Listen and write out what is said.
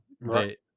Right